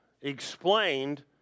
explained